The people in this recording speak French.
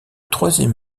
troisième